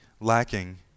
lacking